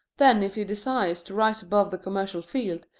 then if he desires to rise above the commercial field,